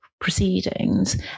proceedings